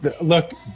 look